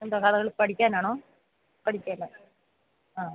എന്താ കഥകളി പഠിക്കാനാണോ പഠിക്കാൻ ആ